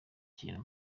ikintu